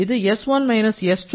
இது S1 S2